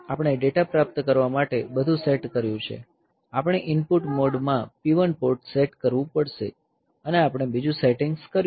આપણે ડેટા પ્રાપ્ત કરવા માટે બધું સેટ કર્યું છે આપણે ઇનપુટ મોડ માં P1 પોર્ટ સેટ કરવું પડશે અને આપણે બીજું સેટિંગ્સ કર્યું છે